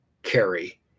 carry